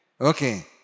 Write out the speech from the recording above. Okay